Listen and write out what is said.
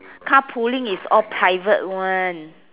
carpooling is all private one